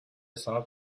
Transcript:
sanat